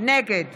נגד